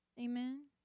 Amen